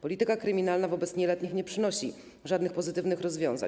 Polityka kryminalna wobec nieletnich nie przynosi żadnych pozytywnych rozwiązań.